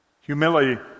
Humility